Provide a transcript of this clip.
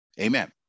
Amen